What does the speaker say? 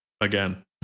again